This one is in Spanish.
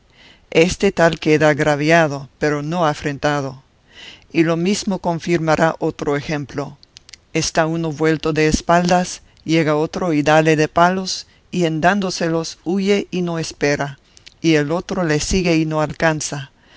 este tal queda agraviado pero no afrentado y lo mesmo confirmará otro ejemplo está uno vuelto de espaldas llega otro y dale de palos y en dándoselos huye y no espera y el otro le sigue y no alcanza